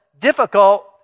difficult